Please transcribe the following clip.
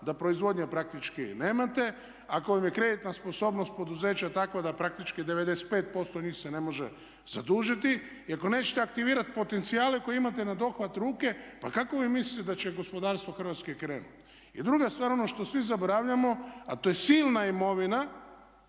da proizvodnje praktički i nemate, ako vam je kreditna sposobnost poduzeća takva da praktički 95% njih se ne može zadužiti i ako nećete aktivirati potencijale koje imate na dohvat ruke pa kako vi mislite da će gospodarstvo Hrvatske krenuti? I druga stvar, ono što svi zaboravljamo a to je silna imovina